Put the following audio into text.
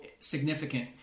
significant